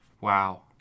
Wow